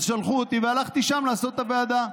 אז שלחו אותי, והלכתי לשם לעשות את הוועדה.